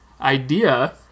idea